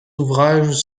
ouvrages